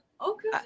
Okay